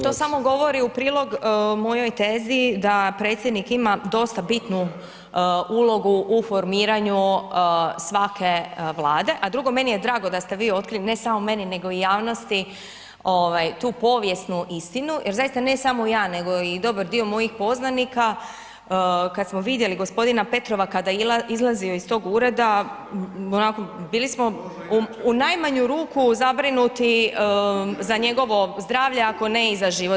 To samo govori u prilog mojoj tezi da Predsjednik ima dosta bitnu ulogu u formiranju svake Vlade a drugo, meni je drago da ste vi otkrili ne samo meni nego i javnosti tu povijesnu istinu jer zaista ne samo ja nego i dobar dio mojih poznanika, kad smo vidjeli g. Petrova kada je izlazio iz tog ureda, onako, bili smo u najmanju ruku zabrinuti za njegovo zdravlje ako ne i za život.